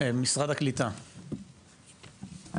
משרד הקליטה, בבקשה.